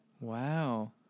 wow